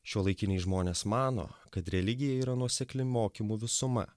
šiuolaikiniai žmonės mano kad religija yra nuosekli mokymų visuma